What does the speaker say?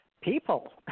people